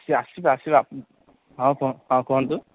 ସିଏ ଆସିବେ ଆସିବେ ହଁ କୁହନ୍ତୁ